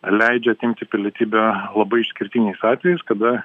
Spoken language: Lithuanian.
leidžia atimti pilietybę labai išskirtiniais atvejis kada